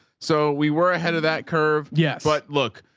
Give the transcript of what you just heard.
so we were ahead of that curve, yeah but look,